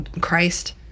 Christ